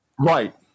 Right